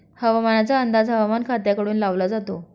हवामानाचा अंदाज हवामान खात्याकडून लावला जातो